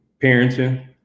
parenting